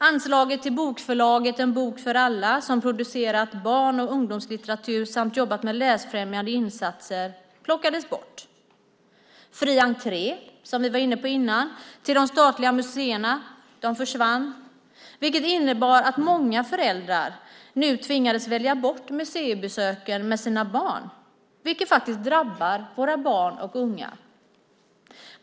Anslaget till bokförlaget En bok för alla som producerat barn och ungdomslitteratur samt jobbat med läsfrämjande insatser plockades bort. Fri entré till de statliga museerna, som vi tidigare varit inne på, försvann. Det innebar att många föräldrar tvingades välja bort museibesöken tillsammans med sina barn. Detta drabbar faktiskt våra barn och unga.